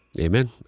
Amen